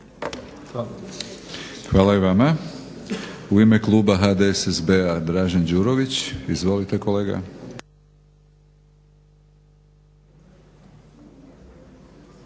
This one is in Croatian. Hvala i vama. U ime kluba HDSSB-a Dražen Đurović. Izvolite kolega.